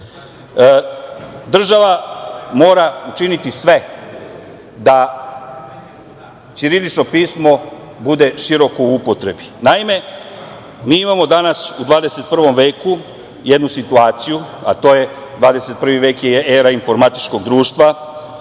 mora činiti sve da ćirilično pismo bude široko u upotrebi. Naime, mi imamo danas u 21 veku jednu situaciju, a to je 21 vek je era informatičkog društva